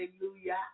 hallelujah